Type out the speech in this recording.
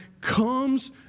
comes